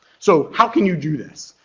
so how can you do this?